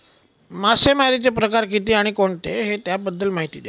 मासेमारी चे प्रकार किती आणि कोणते आहे त्याबद्दल महिती द्या?